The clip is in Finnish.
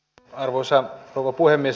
arvoisa rouva puhemies